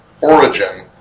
origin